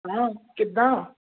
ਹਾਂ ਕਿੱਦਾਂ